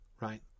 right